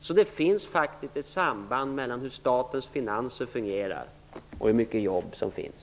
Så det finns faktiskt ett samband mellan hur statens finanser fungerar och hur många jobb som finns.